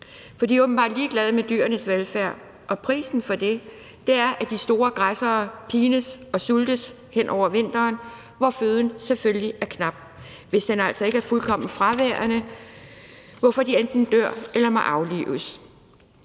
for de er åbenbart ligeglade med dyrenes velfærd, og prisen for det er, at de store græssere pines og udsultes hen over vinteren, hvor føden selvfølgelig er knap, hvis den altså ikke er fuldkommen fraværende. Derfor må de enten dø eller aflives.